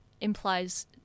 implies